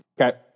Okay